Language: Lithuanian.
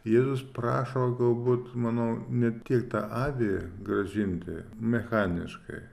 jėzus prašo galbūt manau ne tiek tą avį grąžinti mechaniškai